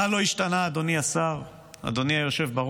מה לא השתנה, אדוני השר, אדוני היושב-ראש?